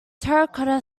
terracotta